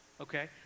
okay